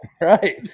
right